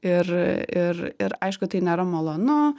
ir ir ir aišku tai nėra malonu